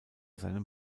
seinem